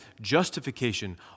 justification